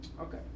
Okay